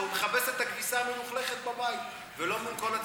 הוא מכבס את הכביסה המלוכלכת בבית ולא מול כל הציבור,